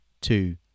two